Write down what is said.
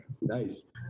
Nice